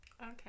Okay